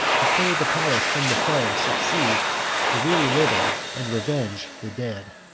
to clear the palace from the foe, succeed the weary living, and revenge the dead.